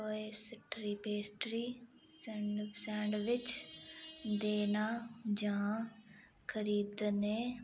pastry sandwich देना जां खरीदनें आस्तै कताबां होई सकदियां न